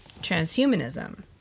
transhumanism